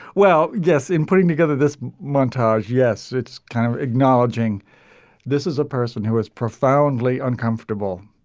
well yes in putting together this montage yes it's kind of acknowledging this is a person who is profoundly uncomfortable